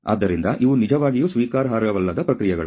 ಆದ್ದರಿಂದ ಇವು ನಿಜವಾಗಿಯೂ ಸ್ವೀಕಾರಾರ್ಹವಲ್ಲದ ಪ್ರಕ್ರಿಯೆಗಳು